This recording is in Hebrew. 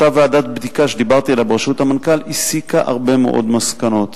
אותה ועדת בדיקה שדיברתי עליה בראשות המנכ"ל הסיקה הרבה מאוד מסקנות.